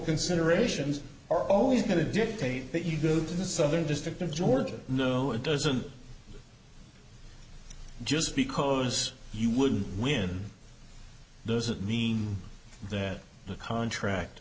considerations are always going to dictate that you go to the southern district of georgia no it doesn't just because you wouldn't win does it mean that the contract